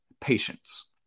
Patience